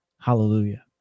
hallelujah